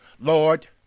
Lord